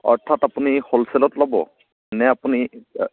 অৰ্থাৎ আপুনি হ'লচেলত ল'ব নে আপুনি